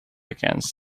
against